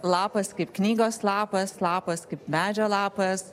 lapas kaip knygos lapas lapas kaip medžio lapas